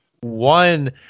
one